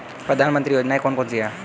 प्रधानमंत्री की योजनाएं कौन कौन सी हैं?